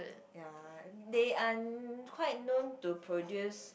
ya an~ they are quite known to produce